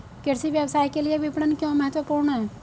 कृषि व्यवसाय के लिए विपणन क्यों महत्वपूर्ण है?